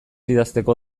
idazteko